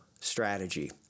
strategy